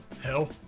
hell